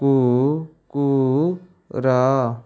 କୁକୁର